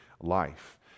life